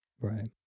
right